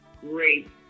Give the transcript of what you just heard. great